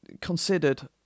considered